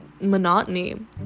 monotony